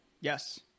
Yes